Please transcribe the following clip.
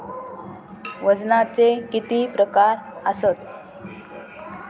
वजनाचे किती प्रकार आसत?